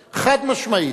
חד-משמעית,